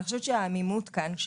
אני חושבת שהעמימות כאן,